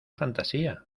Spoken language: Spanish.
fantasía